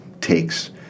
takes